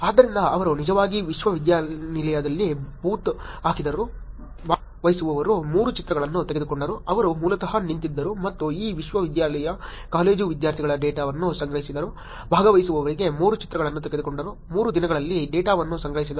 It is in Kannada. ಆದ್ದರಿಂದ ಅವರು ನಿಜವಾಗಿ ವಿಶ್ವವಿದ್ಯಾನಿಲಯದಲ್ಲಿ ಬೂತ್ ಹಾಕಿದರು ಭಾಗವಹಿಸುವವರ 3 ಚಿತ್ರಗಳನ್ನು ತೆಗೆದುಕೊಂಡರು ಅವರು ಮೂಲತಃ ನಿಂತಿದ್ದರು ಮತ್ತು ಈ ವಿಶ್ವವಿದ್ಯಾಲಯದ ಕಾಲೇಜು ವಿದ್ಯಾರ್ಥಿಗಳ ಡೇಟಾವನ್ನು ಸಂಗ್ರಹಿಸಿದರು ಭಾಗವಹಿಸುವವರಿಗೆ 3 ಚಿತ್ರಗಳನ್ನು ತೆಗೆದುಕೊಂಡರು 3 ದಿನಗಳಲ್ಲಿ ಡೇಟಾವನ್ನು ಸಂಗ್ರಹಿಸಿದರು